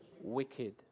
wicked